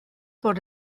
por